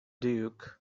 duke